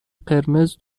قرمز